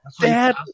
Dad